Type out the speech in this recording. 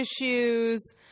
issues